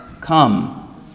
come